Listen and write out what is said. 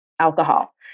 alcohol